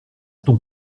ton